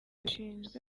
bishinzwe